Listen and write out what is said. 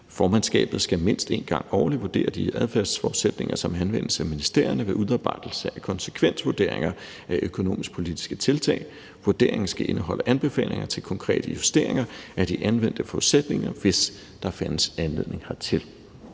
»Formandskabet skal mindst en gang årligt vurdere de adfærdsforudsætninger, som anvendes af ministerierne ved udarbejdelsen af konsekvensvurderinger af økonomisk-politiske tiltag. Vurderingen skal indeholde anbefalinger til konkrete justeringer af de anvendte forudsætninger, hvis der findes anledning hertil.«